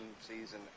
season